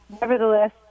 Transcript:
nevertheless